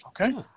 Okay